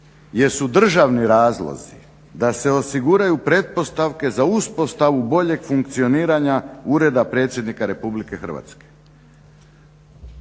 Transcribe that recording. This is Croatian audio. su državni razlozi da se osiguraju pretpostavke za uspostavu boljeg funkcioniranja ureda predsjednika RH. Kao prvo